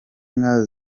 nka